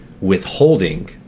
withholding